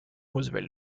roosevelt